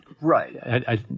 Right